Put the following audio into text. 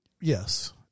Yes